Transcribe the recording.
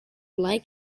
like